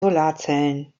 solarzellen